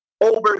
over